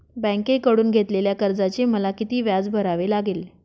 बँकेकडून घेतलेल्या कर्जाचे मला किती व्याज भरावे लागेल?